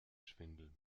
schwindel